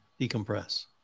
decompress